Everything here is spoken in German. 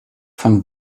van